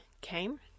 came